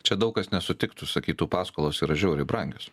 čia daug kas nesutiktų sakytų paskolos yra žiauriai brangios